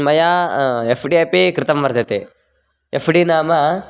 मया F D अपि कृतं वर्तते एफ़् डि नाम